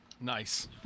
Nice